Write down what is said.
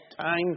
time